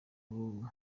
bubu